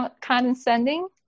condescending